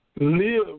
Live